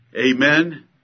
Amen